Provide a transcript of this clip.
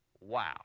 Wow